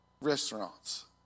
restaurants